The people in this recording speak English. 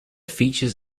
features